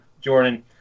Jordan